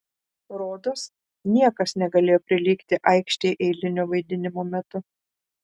rodos niekas negalėjo prilygti aikštei eilinio vaidinimo metu